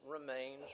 remains